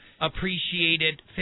appreciated